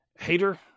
hater